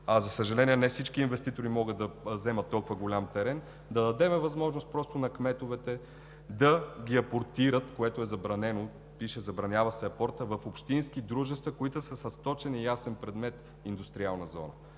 а, за съжаление, не всички инвеститори могат да вземат толкова голям терен – да дадем възможност на кметовете да ги апортират, което е забранено – пише, че се забранява апортът в общински дружества, които са с точен и ясен предмет – индустриална зона.